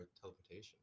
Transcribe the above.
teleportation